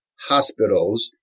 hospitals